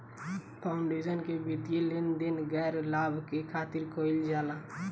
foundation के वित्तीय लेन देन गैर लाभ के खातिर कईल जाला